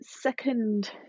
second